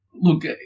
look